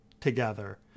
together